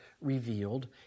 revealed